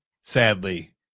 sadly